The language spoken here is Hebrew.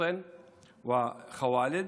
אבטין וח'ואלד.